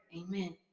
amen